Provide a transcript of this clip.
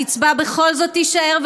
הקצבה בכל זאת תישאר,